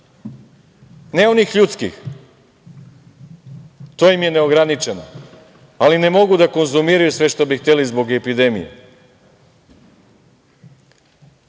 Ne onih ljudskih, to im je neograničeno, ali ne mogu da konzumiraju sve što bi hteli zbog epidemije.